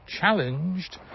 challenged